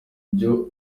ibyo